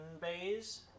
bays